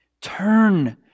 Turn